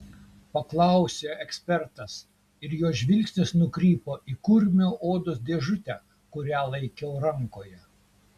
paklausė ekspertas ir jo žvilgsnis nukrypo į kurmio odos dėžutę kurią laikiau rankoje